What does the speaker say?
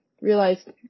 realized